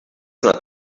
not